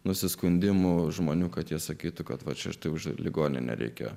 nusiskundimų žmonių kad jie sakytų kad va čia štai už ligoninę reikia